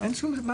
מצלמה,